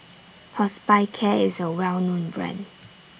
Hospicare IS A Well known Brand